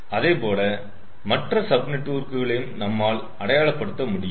அதேபோல மற்ற சப் நெட்வொர்க்குளையும் நம்மால் அடையாளப்படுத்த முடியும்